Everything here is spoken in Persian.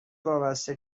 وابسته